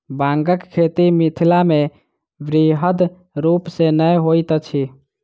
बांगक खेती मिथिलामे बृहद रूप सॅ नै होइत अछि